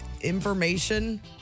Information